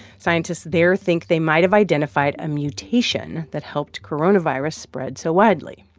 scientists there think they might have identified a mutation that helped coronavirus spread so widely.